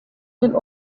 den